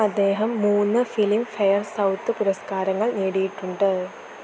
അദ്ദേഹം മൂന്ന് Filmfare south പുരസ്കാരങ്ങള് നേടിയിട്ടുണ്ട്